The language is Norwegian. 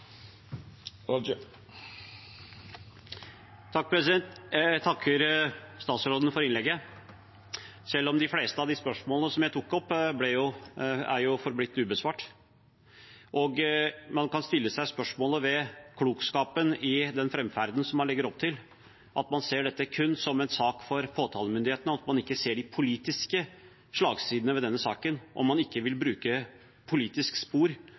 Jeg takker statsråden for innlegget, selv om de fleste av de spørsmålene som jeg tok opp, er forblitt ubesvart. Man kan stille seg spørsmål ved klokskapen i den framferd som man legger opp til – at man ser dette kun som en sak for påtalemyndigheten, at man ikke ser de politiske slagsidene ved denne saken – om man ikke vil bruke politiske spor